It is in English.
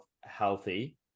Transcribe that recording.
healthy